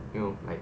you know like